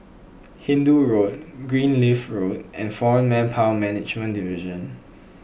Hindoo Road Greenleaf Road and foreign Manpower Management Division